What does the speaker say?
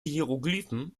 hieroglyphen